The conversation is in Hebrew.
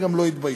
וגם לא התביישו.